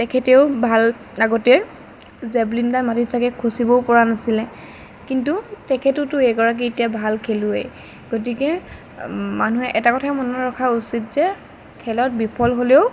তেখেতেও ভাল আগতে জেভলিনডাল মাটিত চাগৈ খুচিবও পৰা নাছিলে কিন্তু তেখেতোতো এগৰাকী ভাল খেলুৱৈ গতিকে মানুহে এটা কথা মনত ৰখা উচিত যে খেলত বিফল হ'লেও